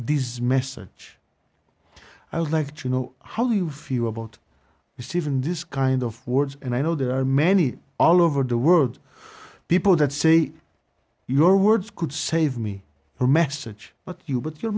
these message i would like to know how you feel about this even this kind of words and i know there are many all over the world people that say your words could save me or message but you but your